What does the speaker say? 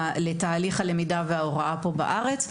לתהליך הלמידה וההוראה בארץ.